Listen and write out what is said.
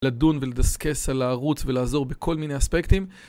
לדון ולדסקס על הערוץ ולעזור בכל מיני אספקטים